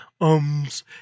ums